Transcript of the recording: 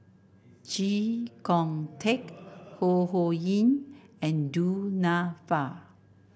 Chee Kong Tet Ho Ho Ying and Du Nanfa